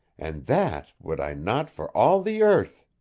and that would i not for all the earth.